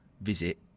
Visit